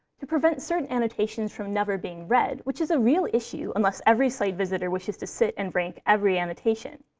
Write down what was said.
to prevent certain annotations from never being read, which is a real issue unless every site visitor wishes to sit and rank every annotation,